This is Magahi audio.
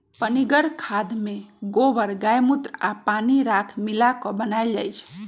पनीगर खाद में गोबर गायमुत्र आ पानी राख मिला क बनाएल जाइ छइ